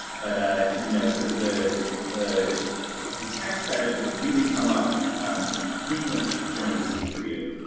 but ah you know so the the the texts that have really come up um frequently during this period